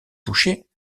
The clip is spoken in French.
touchés